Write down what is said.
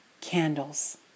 Candles